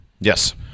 Yes